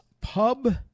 pub